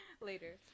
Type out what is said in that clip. later